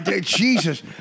Jesus